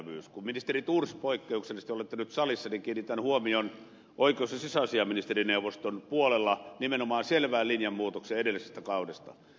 kun ministeri thors poikkeuksellisesti olette nyt salissa niin kiinnitän huomion oikeus ja sisäasiainministerineuvoston puolella nimenomaan selvään linjanmuutokseen edellisestä kaudesta